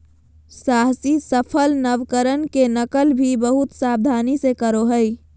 साहसी सफल नवकरण के नकल भी बहुत सावधानी से करो हइ